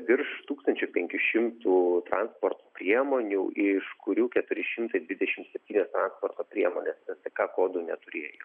virš tūkstančio penkių šimtų transporto priemonių iš kurių keturi šimtai dvidešimt septynios transporto priemonės es dė ka kodų neturėjo